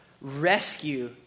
rescue